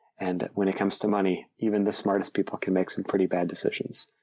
and when it comes to money, even the smartest people can make some pretty bad decisions.